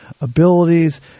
abilities